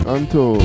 Anto